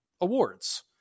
awards